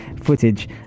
footage